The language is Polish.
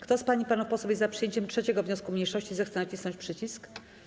Kto z pań i panów posłów jest za przyjęciem 3. wniosku mniejszości, zechce nacisnąć przycisk.